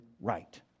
right